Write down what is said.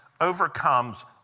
overcomes